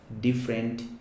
different